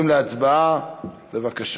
בבקשה.